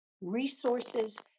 resources